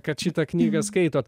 kad šitą knygą skaitot